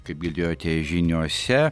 kaip girdėjote žiniose